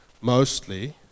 mostly